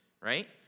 right